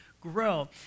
grow